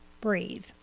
breathe